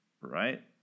right